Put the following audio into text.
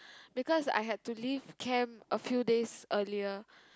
because I had to leave camp a few days earlier